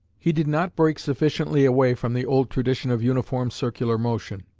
he did not break sufficiently away from the old tradition of uniform circular motion.